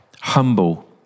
humble